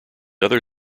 other